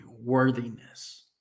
worthiness